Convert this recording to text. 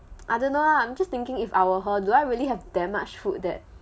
I don't know ah I'm just thinking if I were her do I really have that much food that